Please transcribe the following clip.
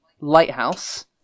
lighthouse